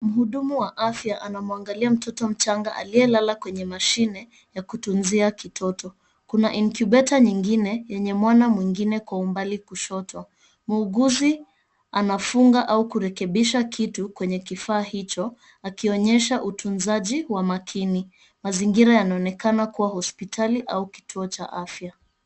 Muhudhumu wa afya anamwangalia mtoto mchanga aliye𝑙ala kwenye mashine ya kutunzia kitoto. Kuna inkubeta nyingine yenye mwana mwingine kwa umbali kushoto. Muuguzi anafunga au kurekebisha kitu kwenye kifaa hicho, akionyesha utunzaji wa makini. Mazingira yanaonekana kuwa hospitali au kituo cha afya.